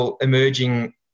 emerging